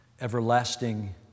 Everlasting